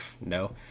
no